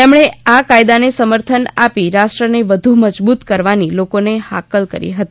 તેમણે આ કાયદાને સમર્થન આપી રાષ્ટ્રને વધુ મજબૂત કરવાની લોકોને હાકલ કરી હતી